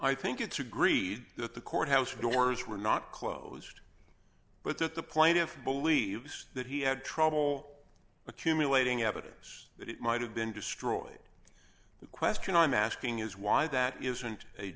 i think it's agreed that the court house doors were not closed but that the plaintiff believes that he had trouble accumulating evidence that it might have been destroyed the question i'm asking is why that isn't a